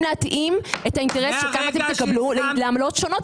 להתאים את האינטרסים של כמה שתקבלו לעמלות שונות